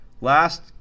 last